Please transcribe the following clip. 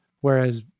whereas